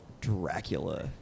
dracula